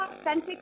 authentic